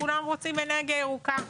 כולם רוצים אנרגיה ירוקה,